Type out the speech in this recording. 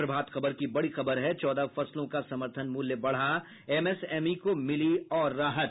प्रभात खबर की बड़ी खबर है चौदह फसलों का समर्थन मूल्य बढ़ा एमएसएमई को मिली और राहत